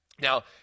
Now